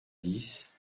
dix